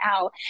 out